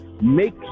make